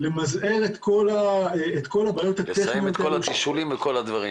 למזער את כל הבעיות הטכניות --- לסיים את כל התשאולים ואת כל הדברים.